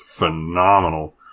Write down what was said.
phenomenal